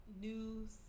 news